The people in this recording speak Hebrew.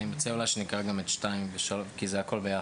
אני מציע שנקרא גם את (2) ו-(3) כי זה הכול יחד.